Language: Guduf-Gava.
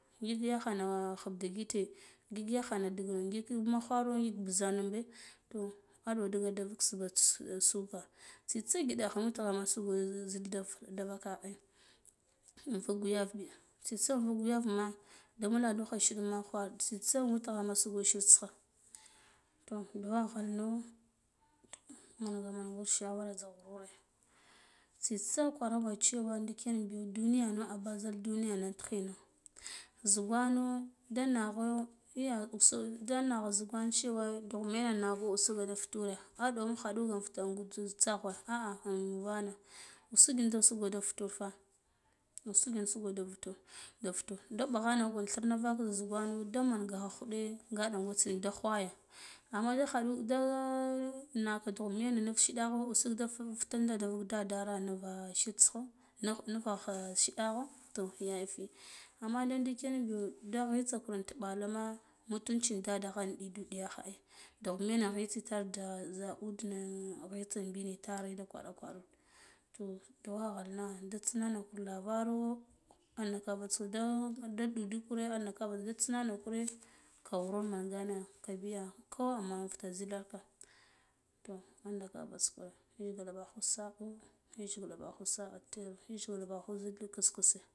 Ngik yakhano khum ndigite ngik yagha av ndige ngik mughara ngik mbiganshi toh aɗuwo da digalka vuk subha tsitsa ngiɗakha witgha ma zuk davakakha ai nika bi ya tsitsa nga gu yarma da maman dukha shiri kuwa tsitsa in witgha ma sugo to dugha ghan no manga manga shawara zuh rure tsitsa nga kwaraka cewa ndikon biyo duniyo a bazal duniyana zugano da nagho yagha usul da ngha zugan cewa dugh mina naka usuge da futuneh aɗuwa ka khaɗu nga fita tsagure ah invana usug da futurfa usug usuge de fitur da mbughana ngo thirne vaka zugan damanga khevhuɗe nga ɗutsin de ghvaya amma nga de naka dugh mina yin nuf shiɗa usug da fitunda nuf dadaro nuva tsichkho ngik nuga kha shidaƙho toh yafi anma de ndiken binda mitsa kur tuɓalama mutunci deda kha du chuɗidu ɗigu kha ai dagh mina vitse tarde za velna ngitsa bina tare da kwara kwaru de to tuwaghanna da tsinana kur kvano takava da nɗiduta kure nakeva andata kure ga ghuru mingane ku biya kawai men fita zilarka toh andata kave kure yajgila berhu sakho yajgile barhu sa'a tare yajgila barhu zil kitskitse.